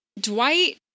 Dwight